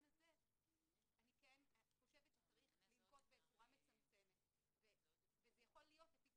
הזה צריך לנקוט בצורה מצמצמת וזה צריך להיות לפי